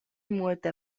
multe